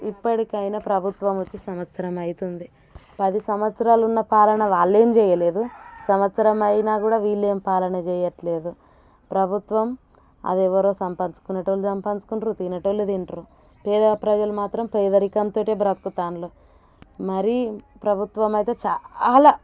ఇప్పటికైనా ప్రభుత్వం వచ్చి సంవత్సరం అవుతుంది పది సంవత్సరాలు ఉన్న పాలన వాళ్ళేం చేయలేదు సంవత్సరం అయినా కూడా వీళ్ళేం పాలన చేయట్లేదు ప్రభుత్వం అది ఎవరో సంపాంచుకునేటోళ్ళు సంపాంచుకుంటారు తినేటోళ్ళు తింటారు పేద ప్రజలు మాత్రం పేదరికంతోటే బ్రతుకుతాంల్లు మరీ ప్రభుత్వం అయితే చాలా